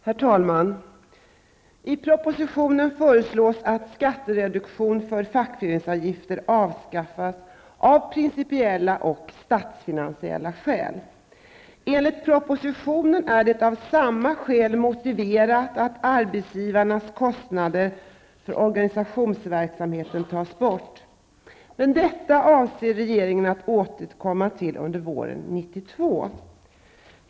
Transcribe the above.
Herr talman! I propositionen föreslås att skattereduktion för fackföreningsavgifter avskaffas av principiella och statsfinansiella skäl. Enligt propositionen är det av samma skäl motiverat att arbetsgivarnas kostnader för organisationsverksamheten tas bort, men detta avser regeringen att återkomma till under våren 1992.